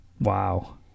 Wow